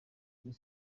rayon